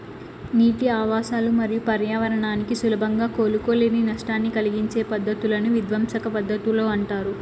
నీటి ఆవాసాలు మరియు పర్యావరణానికి సులభంగా కోలుకోలేని నష్టాన్ని కలిగించే పద్ధతులను విధ్వంసక పద్ధతులు అంటారు